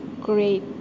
great